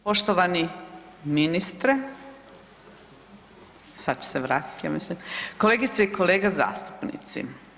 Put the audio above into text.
poštovani ministre, sad će se vratiti ja mislim, kolegice i kolege zastupnici.